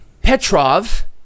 Petrov